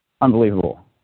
Unbelievable